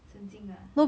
神经 ah